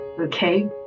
okay